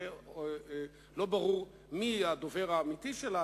שלא ברור מי הדובר האמיתי שלה,